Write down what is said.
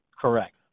Correct